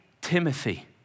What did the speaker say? Timothy